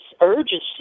urgency